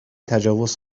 تجاوز